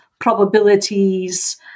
probabilities